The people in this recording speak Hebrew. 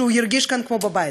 שהוא ירגיש כאן כמו בבית.